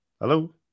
Hello